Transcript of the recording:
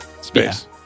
space